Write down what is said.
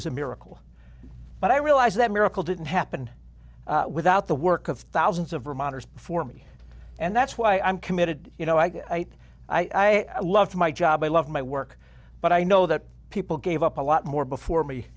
was a miracle but i realized that miracle didn't happen without the work of thousands of reminders before me and that's why i'm committed you know i i love my job i love my work but i know that people gave up a lot more before